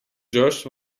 josh